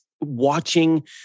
watching